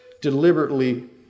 deliberately